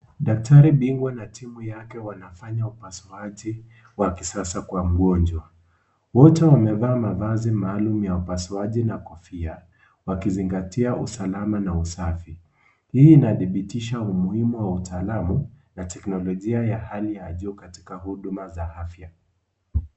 Daktari bingwa na timu yake wanafanya upasuaji wa kisasa kwa mgonjwa. Wote wamevaa mavazi maalum ya upasuaji na kofia, wakizingatia usalama na usafi. Hii inadhibithisha umuhimu wa utaalamu na teknolojia ya Hali ya juu katika Huduma za afya.